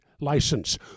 license